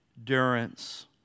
endurance